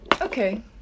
Okay